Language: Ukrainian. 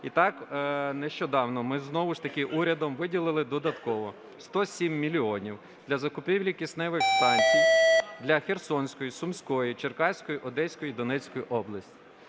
Так, нещодавно ми знову ж таки урядом виділили додатково 107 мільйонів для закупівлі кисневих станцій для Херсонської, Сумської, Черкаської, Одеської, Донецької областей.